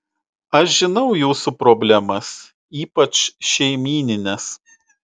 aš žinau jūsų problemas ypač šeimynines